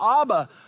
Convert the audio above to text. Abba